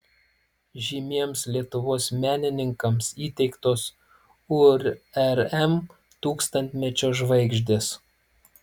žymiems lietuvos menininkams įteiktos urm tūkstantmečio žvaigždės